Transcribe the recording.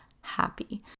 happy